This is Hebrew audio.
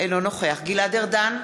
אינו נוכח גלעד ארדן,